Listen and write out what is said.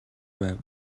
байв